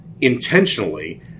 intentionally